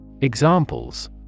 Examples